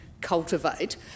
cultivate